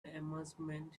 amazement